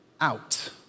out